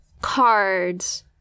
cards